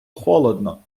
холодно